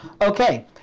okay